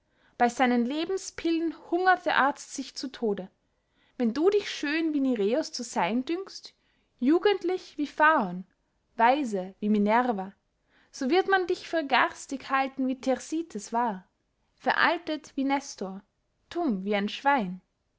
bey seinen lebenspillen hungert der arzt sich zu tode wenn du dich schön wie nireus zu seyn dünkst jugendlich wie phaon weise wie minerva so wird man dich für garstig halten wie thersites war veraltet wie nestor tumm wie ein schwein